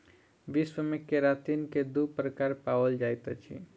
विश्व मे केरातिन के दू प्रकार पाओल जाइत अछि